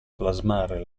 plasmare